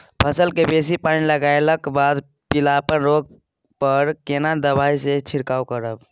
फसल मे बेसी पानी लागलाक बाद पीलापन रोग पर केना दबाई से छिरकाव करब?